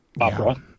Opera